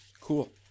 Cool